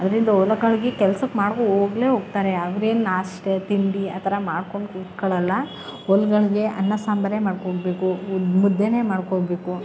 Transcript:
ಅದರಿಂದ ಹೊಲಗಳ್ಗೆ ಕೆಲ್ಸಕ್ಕೆ ಮಾಡಿಕೊ ಹೋಗ್ಲೇ ಹೋಗ್ತಾರೆ ಅವ್ರೇನು ನಾಷ್ಟ ತಿಂಡಿ ಆ ಥರ ಮಾಡ್ಕೊಂಡು ಕೂತ್ಕೊಳ್ಳೊಲ್ಲ ಒಂದು ಘಳಿಗೆ ಅನ್ನ ಸಾಂಬಾರೇ ಮಾಡ್ಕೊಳ್ಬೇಕು ಮುದ್ದೆಯೇ ಮಾಡ್ಕೊಳ್ಬೇಕು